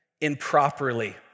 improperly